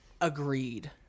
Agreed